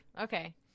Okay